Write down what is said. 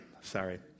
Sorry